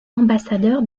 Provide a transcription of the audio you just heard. ambassadeur